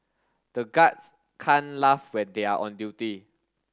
the guards can't laugh when they are on duty